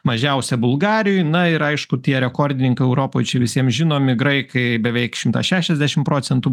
mažiausia bulgarijoj na ir aišku tie rekordininkai europoj čia visiems žinomi graikai beveik šimtas šešiasdešim procentų